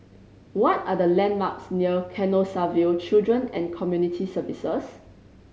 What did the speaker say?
what are the landmarks near Canossaville Children and Community Services